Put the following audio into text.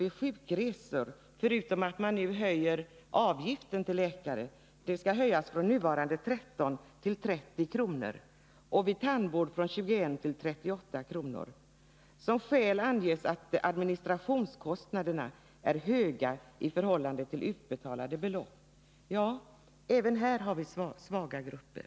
Man skall — förutom att man nu har höjt avgiften vid läkarbesök — höja karensbeloppet vid sjukresor från nuvarande 13 kr. till 30 kr. och vid resor med anledning av tandvård från 21 kr. till 38 kr. Som skäl anges att administrationskostnaderna är höga i förhållande till utbetalade belopp. Även här berörs svaga grupper.